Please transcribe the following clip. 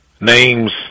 names